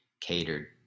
catered